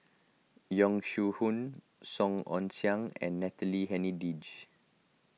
Yong Shu Hoong Song Ong Siang and Natalie Hennedige